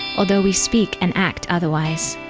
although we speak and act otherwise.